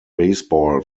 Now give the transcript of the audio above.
baseball